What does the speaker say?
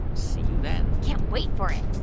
see you then can't wait for it